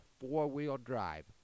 four-wheel-drive